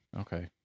okay